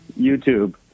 YouTube